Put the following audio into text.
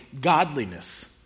godliness